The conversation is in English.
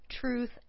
truth